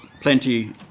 plenty